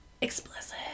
Explicit